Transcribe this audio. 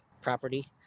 property